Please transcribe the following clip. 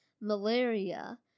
malaria